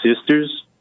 sisters